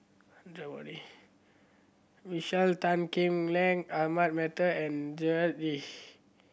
Michael Tan Kim Lei Ahmad Mattar and Gerard Ee